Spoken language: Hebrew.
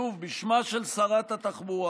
שוב, בשמה של שרת התחבורה,